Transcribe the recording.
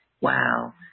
Wow